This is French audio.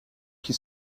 qui